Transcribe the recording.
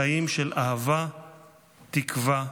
חיים של אהבה, תקווה,